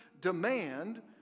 demand